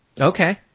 Okay